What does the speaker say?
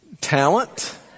Talent